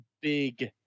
big